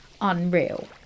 unreal